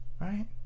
Right